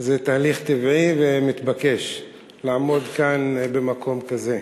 זה תהליך טבעי ומתבקש, לעמוד כאן במקום כזה.